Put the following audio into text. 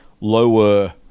lower